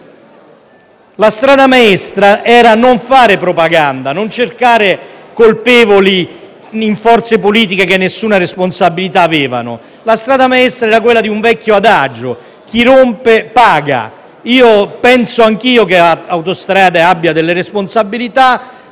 La strada maestra era non fare propaganda, non cercare colpevoli in forze politiche che nessuna responsabilità avevano. La strada maestra era quella di un vecchio adagio: chi rompe, paga. Penso anch’io che la società Autostrade per l’Italia abbia delle responsabilità;